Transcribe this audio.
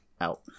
out